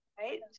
Right